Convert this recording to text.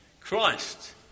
Christ